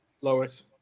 Lois